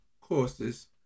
courses